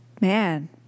man